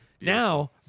now